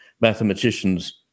mathematicians